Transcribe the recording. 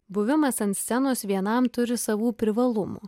buvimas ant scenos vienam turi savų privalumų